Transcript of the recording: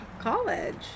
college